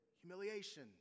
humiliation